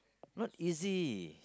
not easy